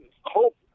hope